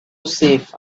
safe